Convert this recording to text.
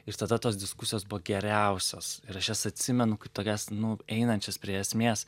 ir tada tos diskusijos buvo geriausios ir aš jas atsimenu kaip tokias nu einančias prie esmės